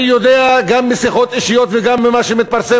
אני יודע, גם משיחות אישיות וגם ממה שמתפרסם